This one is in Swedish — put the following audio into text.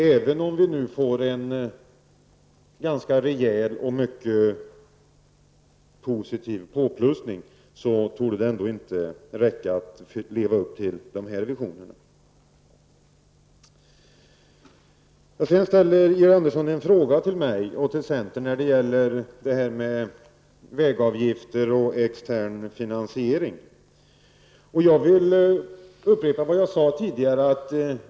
Även om vi nu får en rejäl påökning torde det inte räcka för att leva upp till dessa visioner. Georg Andersson ställde en fråga till mig och centerpartiet om vägavgifter och extern finansiering. Jag vill då upprepa vad jag sade tidigare.